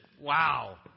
wow